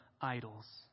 idols